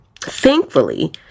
Thankfully